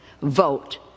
vote